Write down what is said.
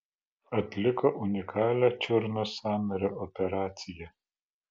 atliko unikalią čiurnos sąnario operaciją